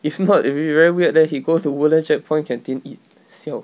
if not it will be very weird leh he go to woodlands checkpoint canteen eat siao